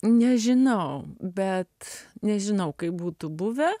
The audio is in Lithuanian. nežinau bet nežinau kaip būtų buvę